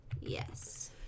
Yes